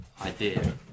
idea